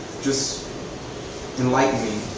just enlighten me,